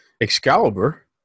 Excalibur